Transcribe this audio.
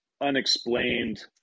unexplained